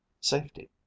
safety